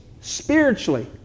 spiritually